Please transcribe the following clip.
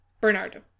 Bernardo